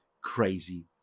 crazy